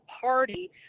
party